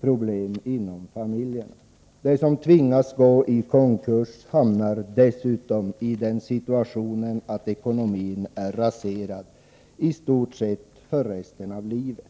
problem inom familjerna. De som tvingas gå i konkurs hamnar dessutom i den situationen att ekonomin är raserad i stort sett för resten av livet.